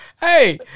hey